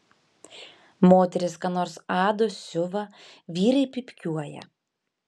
moterys ką nors ado siuva vyrai pypkiuoja